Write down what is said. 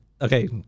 okay